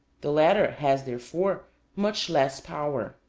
the latter has therefore much less power.